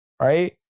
right